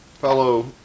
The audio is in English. fellow